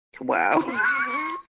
Wow